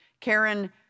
Karen